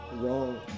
Wrong